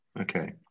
Okay